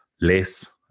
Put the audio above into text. less